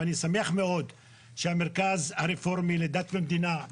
ואני שמח מאוד שהמרכז הרפורמי לדת ומדינה,